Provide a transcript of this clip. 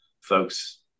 folks